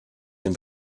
dem